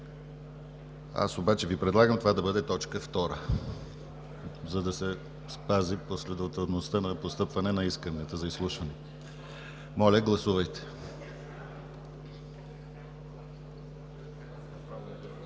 Аз обаче Ви предлагам това да бъде точка втора, за да се спази последователността на постъпване на исканията за изслушване. Моля, гласувайте.